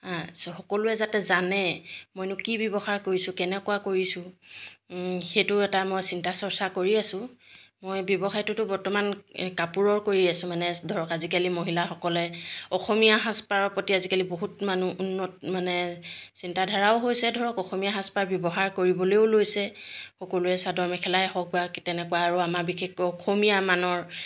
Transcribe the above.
সকলোৱে যাতে জানে মইনো কি ব্যৱসায় কৰিছোঁ কেনেকুৱা কৰিছোঁ সেইটো এটা মই চিন্তা চৰ্চা কৰি আছোঁ মই ব্যৱসায়টোতো বৰ্তমান কাপোৰৰ কৰি আছোঁ মানে ধৰক আজিকালি মহিলাসকলে অসমীয়া সাজপাৰৰ প্ৰতি আজিকালি বহুত মানুহ উন্নত মানে চিন্তাধাৰাও হৈছে ধৰক অসমীয়া সাজপাৰ ব্যৱহাৰ কৰিবলৈও লৈছে সকলোৱে চাদৰ মেখেলাই হওক বা তেনেকুৱা আৰু আমাৰ বিশেষকৈ অসমীয়া মানৰ